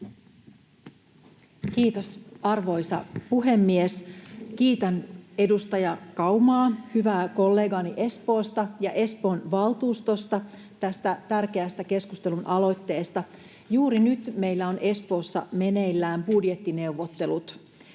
Kiitos, arvoisa puhemies! Kiitän edustaja Kaumaa, hyvää kollegaani Espoosta ja Espoon valtuustosta, tästä tärkeästä keskustelualoitteesta. Juuri nyt meillä on Espoossa meneillään budjettineuvottelut.